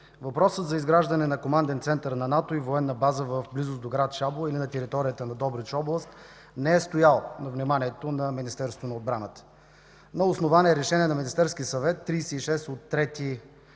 въпросът за изграждане на команден център на НАТО и военна база в близост до град Шабла или на територията на Добрич – област, не е стоял на вниманието на Министерството на отбраната. На основание на Решение на Министерския съвет № 36 от 3